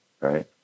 Right